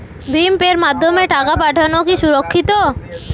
ভিম পের মাধ্যমে টাকা পাঠানো কি সুরক্ষিত?